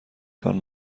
تان